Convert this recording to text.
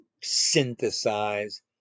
synthesize